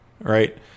right